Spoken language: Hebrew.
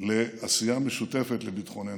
לעשייה משותפת לביטחוננו.